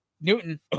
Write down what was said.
Newton